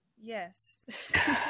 Yes